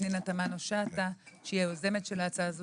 פנינו תמנו שאטה שהיא יוזמת ההצעה הזו